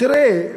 תראה,